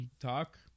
talk